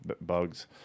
bugs